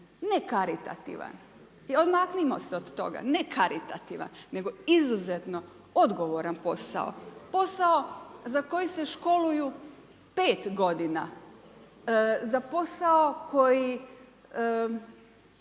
ne karitativan. I odmaknimo se od toga, ne karitativan, nego izuzetno odgovoran posao. Posao za koji se školuju 5. godina, za posao koji